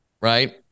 Right